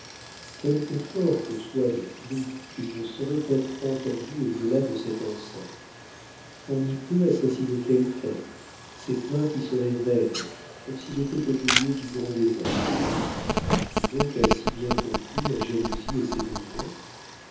quelque forts que soient des cris ils ne sauraient être entendus au delà de cette enceinte on y peut assassiner quelqu'un ses plaintes y seraient vaines comme s'il était au milieu du grand désert qui donc a si bien compris la jalousie et ses besoins